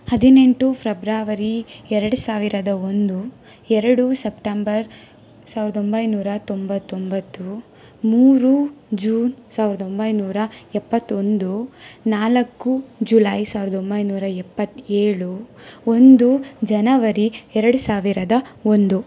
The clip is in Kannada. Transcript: ಹದಿನೆಂಟು ಫ್ರೆಬ್ರವರಿ ಎರಡು ಸಾವಿರದ ಒಂದು ಎರಡು ಸೆಪ್ಟೆಂಬರ್ ಸಾವಿರದ ಒಂಬೈನೂರ ತೊಂಬತ್ತೊಂಬತ್ತು ಮೂರು ಜೂನ್ ಸಾವಿರದ ಒಂಬೈನೂರ ಎಪ್ಪತ್ತೊಂದು ನಾಲ್ಕು ಜುಲೈ ಸಾವಿರದ ಒಂಬೈನೂರ ಎಪ್ಪತ್ತ ಏಳು ಒಂದು ಜನವರಿ ಎರಡು ಸಾವಿರದ ಒಂದು